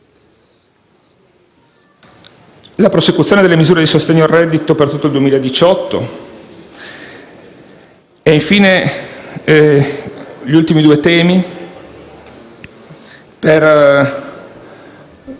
la prosecuzione delle misure di sostegno al reddito per tutto il 2018. Infine, passando agli ultimi due temi,